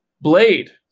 Blade